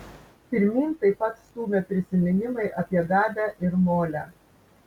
pirmyn taip pat stūmė prisiminimai apie gabę ir molę